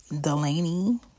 Delaney